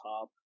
top